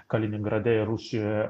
kaliningrade ir rusijoje